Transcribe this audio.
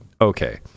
okay